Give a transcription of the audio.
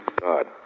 God